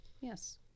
Yes